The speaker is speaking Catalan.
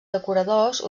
decoradors